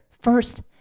First